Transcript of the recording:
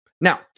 Now